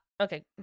okay